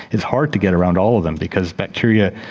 it's hard to get around all of them because bacteria,